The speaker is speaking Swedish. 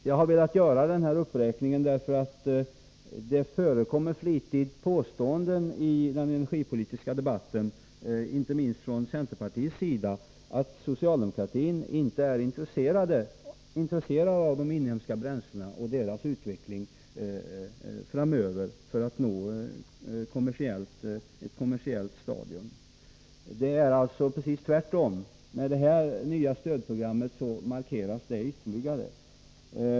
Jag har velat göra denna uppräkning därför att det i den energipolitiska debatten flitigt förekommer påståenden, inte minst från centerns sida, om att socialdemokratin inte är intresserad av de inhemska bränslena och deras utveckling framöver så att de når ett kommersiellt stadium. Det är alltså precis tvärtom. Med det här nya stödprogrammet markeras det ytterligare.